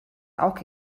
auch